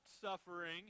suffering